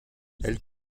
elle